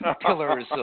pillars